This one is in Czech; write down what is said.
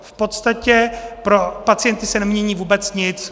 V podstatě pro pacienty se nemění vůbec nic.